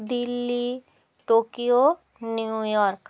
Delhi Tokyo New York